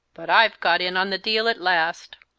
but i've got in on the deal at last!